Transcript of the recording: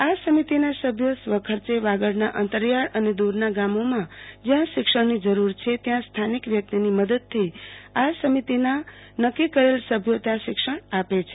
આ સમિતિના સભ્યો સ્વખર્ચે વાગડના અંતરિયાળ અને દુરના ગામોમાં જયાં શિક્ષણની જરૂર છે ત્યાં સ્થાનિક વ્યક્તિની મદદથી આ સમિતિના નકકી કરે સભ્યો ત્યાં શિક્ષણ આપે છે